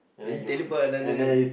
and you teleport another one